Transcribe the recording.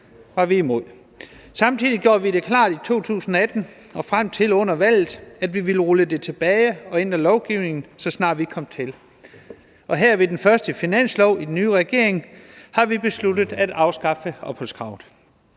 var vi imod. Samtidig gjorde vi det klart i 2018 og frem til under valget, at vi ville rulle det tilbage og ændre lovgivningen, så snart vi kom til, og under den nye regerings første finanslov besluttede vi at afskaffe opholdskravet.